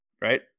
right